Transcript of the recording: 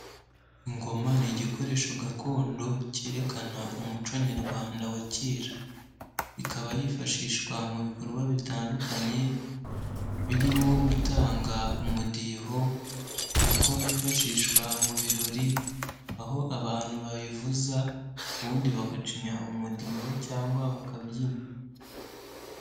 Ingoma ni igikoresho gakondo kerekana umuco nyarwanda wa kera, ikaba yifashishwa mu bikorwa bitandukanye, birimo gutanga umudiho kuko yifashishwa mu birori, aho abantu bayivuza ubundi bagacinya umudiho cyangwa bakabyina.